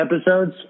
episodes